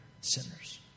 sinners